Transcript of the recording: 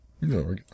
No